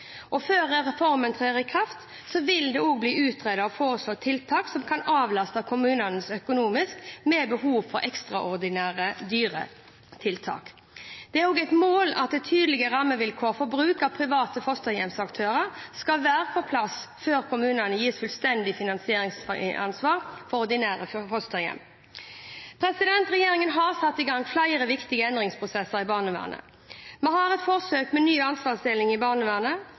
nødvendig. Før reformen trer i kraft vil det også bli utredet og foreslått tiltak som kan avlaste kommunene økonomisk ved behov for ekstraordinære, dyre tiltak. Det er også et mål at tydelige rammevilkår for bruk av private fosterhjemsaktører skal være på plass før kommunene gis fullstendig finansieringsansvar for ordinære fosterhjem. Regjeringen har satt i gang flere viktige endringsprosesser i barnevernet. Vi har et forsøk med ny ansvarsdeling i barnevernet,